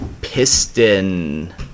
Piston